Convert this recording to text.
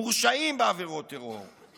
מורשעים בעבירות טרור.